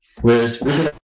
whereas